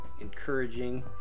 encouraging